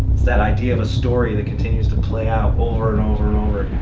that idea of a story that continues to play out over and over and over